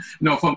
no